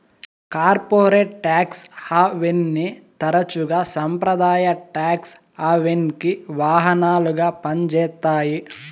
corporate tax హావెన్ని తరచుగా సంప్రదాయ టాక్స్ హావెన్కి వాహనాలుగా పంజేత్తాయి